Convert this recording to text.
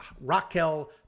Raquel